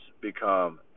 become